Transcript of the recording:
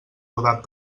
rodat